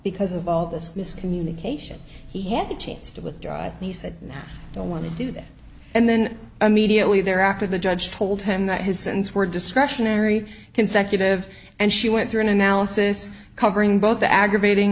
because of all this miscommunication he had a chance to withdraw and he said now i want to do that and then immediately thereafter the judge told him that his sins were discretionary consecutive and she went through an analysis covering both the aggravating